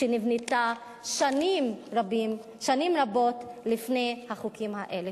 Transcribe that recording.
שנבנתה שנים רבות לפני החוקים האלה.